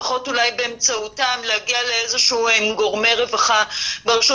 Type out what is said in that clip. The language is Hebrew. לפחות אולי באמצעותם להגיע לאיזה שהם גורמי רווחה ברשות